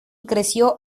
creció